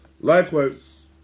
likewise